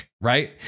right